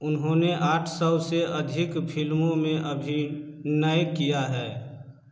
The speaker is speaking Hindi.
उन्होंने आठ सौ से अधिक फिल्मों में अभिनय किया है